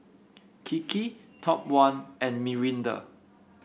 Kiki Top One and Mirinda